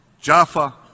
Jaffa